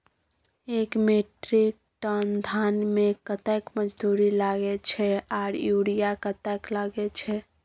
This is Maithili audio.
एक मेट्रिक टन धान में कतेक मजदूरी लागे छै आर यूरिया कतेक लागे छै?